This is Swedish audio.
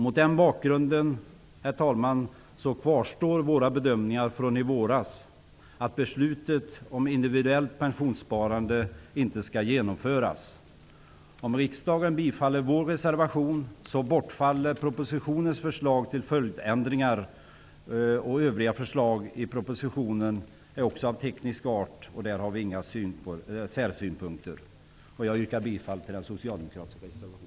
Mot den bakgrunden, herr talman, kvarstår våra bedömningar från i våras, att beslutet om individuellt pensionssparande inte skall genomföras. Om riksdagen bifaller vår reservation, bortfaller propositionens förslag till följdändringar. Övriga förslag i propositionen är av teknisk art. Där har vi inga särsynpunkter. Jag yrkar bifall till den socialdemokratiska reservationen.